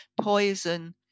poison